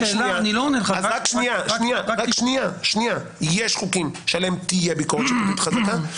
יש חוקים שעליהם תהיה ביקורת שיפוטית חזקה.